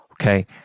okay